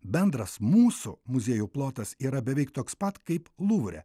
bendras mūsų muziejų plotas yra beveik toks pat kaip luvre